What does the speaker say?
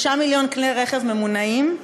3 מיליון כלי רכב ממונעים,